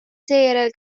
seejärel